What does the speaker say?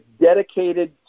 dedicated